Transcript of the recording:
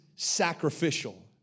sacrificial